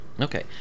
Okay